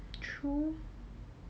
true